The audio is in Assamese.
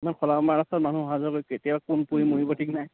ইমান খলা বমা ৰাস্তাত মানুহ অহা যোৱা কৰি কেতিয়া কোন পৰি মৰিব ঠিক নাই